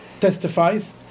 testifies